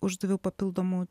uždaviau papildomų